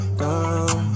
down